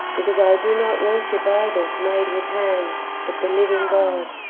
because i do not worship idols made with hands, but the living god,